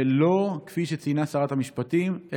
ולא 1,600, כפי שציינה שרת המשפטים.